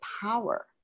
power